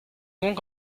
donc